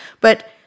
But-